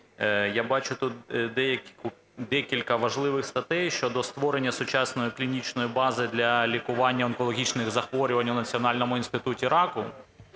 Я бачу тут декілька важливих статей щодо створення сучасної клінічної бази для лікування онкологічних захворювань у Національному інституті раку